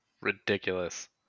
Ridiculous